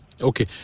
okay